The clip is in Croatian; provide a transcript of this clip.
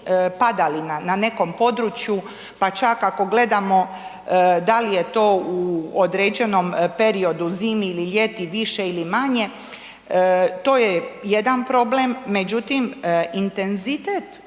na nekom području, pa čak ako gledamo da li je to u određenom periodu, zimi ili ljeti više ili manje, to je jedan problem, međutim, intenzitet padalina